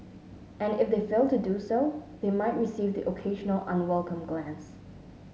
and if they fail to do so they might receive the occasional unwelcome glance